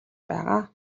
байгаа